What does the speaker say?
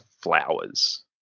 flowers